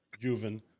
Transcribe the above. Juven